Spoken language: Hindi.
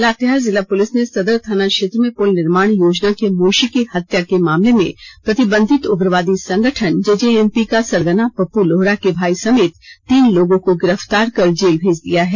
लातेहार जिला पुलिस ने सदर थाना क्षेत्र में पुल निर्माण योजना के मुंशी की हत्या के मामले में प्रतिबंधित उग्रवादी संगठन जेजेएमपी का सरगना पप्पू लोहरा के भाई समेत तीन लोगों को गिरफ्तार कर जेल भेज दिया है